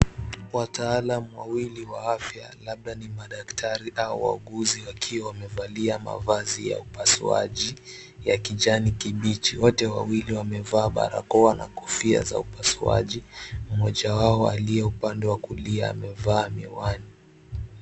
Wataalamu wawili wa afya labda ni madaktari au wauguzi wakiwa wamevalia mavazi ya upasuaji ya kijani kibichi. Wote wawili wamevaa barakoa na kofia za upasuaji. Mmoja wao aliye upande wa kulia amevaa miwani.